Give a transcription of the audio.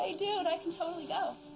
hey, dude, i can totally go.